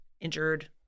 injured